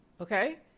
okay